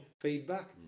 feedback